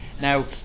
now